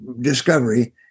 discovery